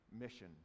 mission